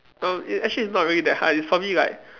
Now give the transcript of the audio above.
um it actually it's not really that high it's probably like